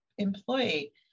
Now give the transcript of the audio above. employee